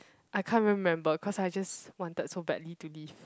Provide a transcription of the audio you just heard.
I can't remember cause I just wanted so badly to leave